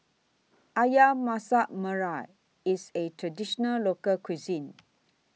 Ayam Masak Merah IS A Traditional Local Cuisine